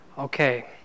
Okay